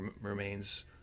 remains